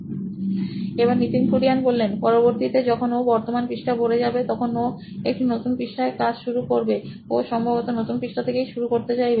Nitin Kurian C O O নোইন electronics পরবর্তী তে যখন ওর বর্ত মান পৃষ্ঠা ভরে যাবে তখন ও একটি নতু ন পৃষ্ঠায় কাজ শুরু করবে ও সম্ভবত নতু ন পৃষ্ঠা থেকেই শুরু করতে চাইবে